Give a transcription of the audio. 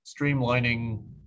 streamlining